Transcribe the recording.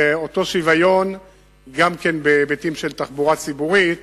ואותו שוויון בהיבטים של תחבורה ציבורית